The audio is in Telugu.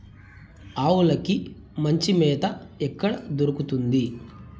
ఆవులకి మంచి మేత ఎక్కడ దొరుకుతుంది?